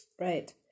right